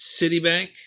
Citibank